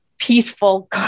peaceful